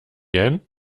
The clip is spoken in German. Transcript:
jähn